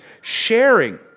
sharing